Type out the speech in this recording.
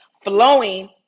flowing